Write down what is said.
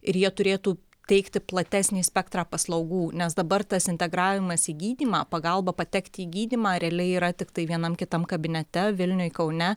ir jie turėtų teikti platesnį spektrą paslaugų nes dabar tas integravimas į gydymą pagalba patekti į gydymą realiai yra tiktai vienam kitam kabinete vilniuj kaune